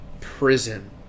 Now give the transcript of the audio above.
prison